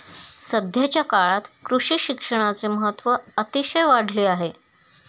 सध्याच्या काळात कृषी शिक्षणाचे महत्त्व अतिशय वाढले आहे